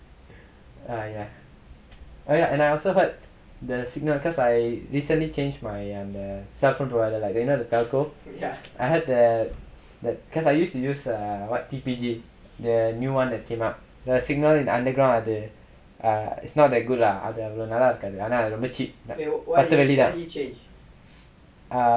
oh ya and I also heard the cause I recently changed my cell phone line you know what's a cell phone cause I used to use what T_P_G the new one that came out the signal in underground err is not that good lah அது அவ்ளோ நல்லா இருக்காது ஆனா அது ரொம்ப:athu avlo nallaa irukkaathu aanaa athu romba cheap பத்து வெள்ளிதா:pathu vellitha